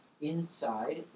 Inside